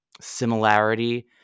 similarity –